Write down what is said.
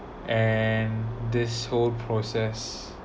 and this whole process